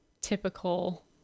Typical